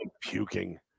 Puking